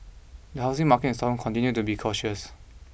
the housing market in Stockholm continued to be cautious